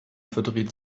verdreht